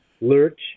Lurch